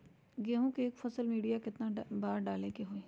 गेंहू के एक फसल में यूरिया केतना बार डाले के होई?